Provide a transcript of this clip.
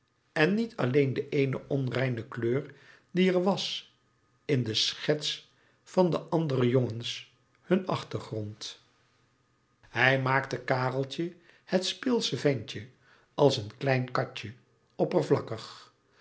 en niet alleen de éene onreine kleur die er was in de schets van de andere jongens hun achtergrond hij maakte kareltje het speelsche ventje als een klein katje oppervlakkig